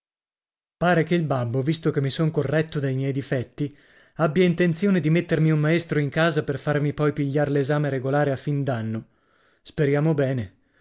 pare che il babbo visto che mi son corretto dal miei difetti abbia intenzione di mettermi un maestro in casa per farmi poi pigliar l'esame regolare a fìn danno speriamo bene